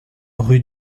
rue